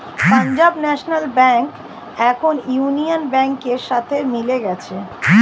Punjab national bank এখন union ব্যাংকের সাথে মিলে গেছে